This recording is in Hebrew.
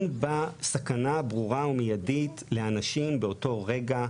בה סכנה ברורה ומיידית לאנשים באותו רגע.